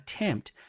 Attempt